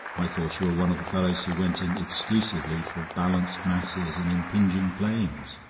i thought you were one of the fellows who went in exclusively for balanced masses and impinging planes.